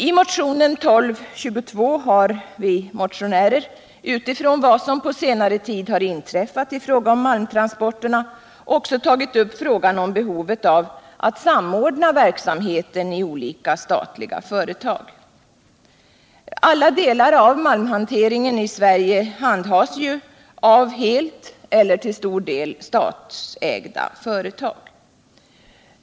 I motionen 1222 har vi motionärer utifrån vad som på senare tid inträffat i fråga om malmtransporterna också tagit upp frågan om behovet av att samordna verksamheten i olika statliga företag. Alla delar av malmhanteringen i Sverige handhas helt eller till stor del av statsägda företag.